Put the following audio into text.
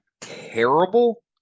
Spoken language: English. terrible